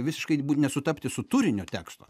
visiškai nesutapti su turinio teksto